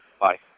Bye